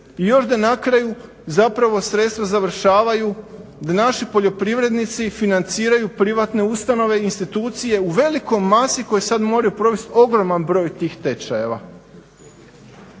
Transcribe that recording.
i još da na kraju zapravo sredstva završavaju, da naši poljoprivrednici financiraju privatne ustanove, institucije u velikoj masi koje sad moraju provesti ogroman broj tih tečajeva.